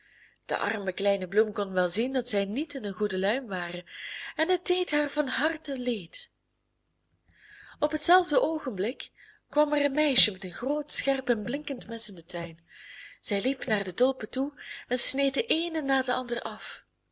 de arme kleine bloem kon wel zien dat zij niet in een goede luim waren en dat deed haar van harte leed op hetzelfde oogenblik kwam er een meisje met een groot scherp en blinkend mes in den tuin zij liep naar de tulpen toe en sneed de eene na de andere af